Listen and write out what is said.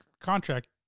contract